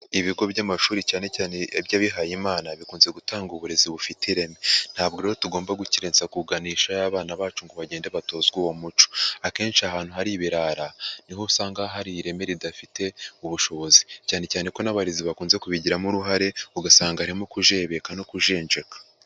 Ibigo by'amashuri cyane cyane iby'abihayeyimana, bikunze gutanga uburezi bufite ireme. Ntabwo rero tugomba gukerensa kuganishayo abana bacu ngo bagende batozwa uwo muco. Akenshi ahantu hari ibirara, niho usanga hari ireme ridafite ubushobozi. Cyane cyane ko n'abarezi bakunze kubigiramo uruhare, ugasanga harimo kujebeka no kujenjeka.